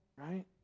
right